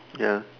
ya